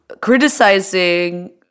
criticizing